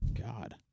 God